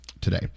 today